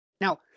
Now